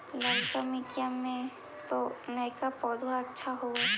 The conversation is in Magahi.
ललका मिटीया मे तो नयका पौधबा अच्छा होबत?